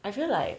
I feel like